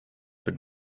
but